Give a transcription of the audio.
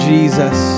Jesus